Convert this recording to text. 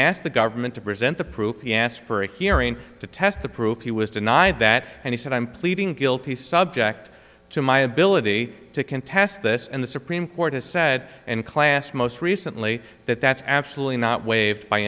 asked the government to present the proof he asked for a hearing to test the proof he was denied that and he said i'm pleading guilty subject to my ability to contest this and the supreme court has said and class most recently that that's absolutely not waived by